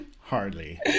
Hardly